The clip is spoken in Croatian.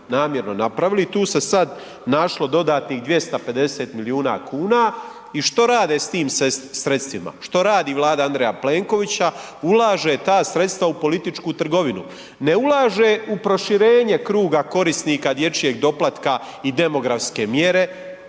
tu se sada našlo dodatnih 250 milijuna kuna. I što rade s tim sredstvima, što radi Vlada Andreja Plenkovića? Ulaže ta sredstva u političku trgovinu. Ne ulaže u proširenje kruga korisnika dječjeg doplatka i demografske mjere